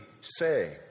say